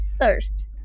thirst